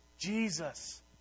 Jesus